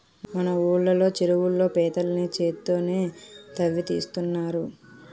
మన ఊళ్ళో చెరువుల్లో పీతల్ని చేత్తోనే తవ్వి తీస్తున్నారు